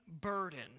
burden